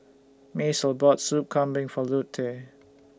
Macel bought Soup Kambing For Lute